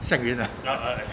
sad grin eh